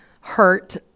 hurt